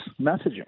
messaging